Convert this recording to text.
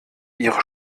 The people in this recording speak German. ihre